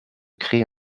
créer